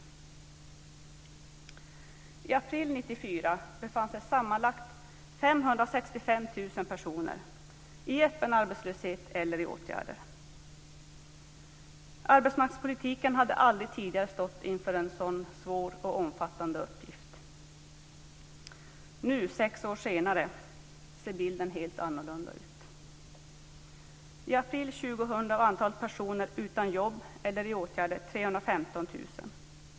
I april 1994 fanns det sammanlagt 565 000 personer i öppen arbetslöshet eller i åtgärder. Arbetsmarknadspolitiken hade aldrig tidigare stått inför en sådan svår och omfattande uppgift. Nu, sex år senare, ser bilden helt annorlunda ut. I april 2000 var antalet personer utan jobb eller i åtgärder 315 000.